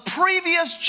previous